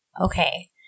Okay